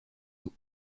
eaux